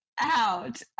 out